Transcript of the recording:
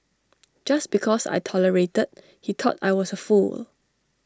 just because I tolerated he thought I was A fool